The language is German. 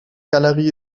galerie